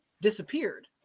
disappeared